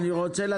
הם נקראים